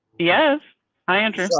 yes i am.